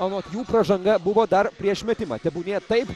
anot jų pražanga buvo dar prieš metimą tebūnie taip